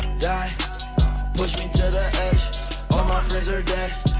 die push me to the edge all my friends are dead,